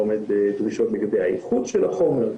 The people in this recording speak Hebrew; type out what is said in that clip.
אתה עומד בדרישות לגבי האיכות של החומר,